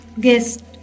guest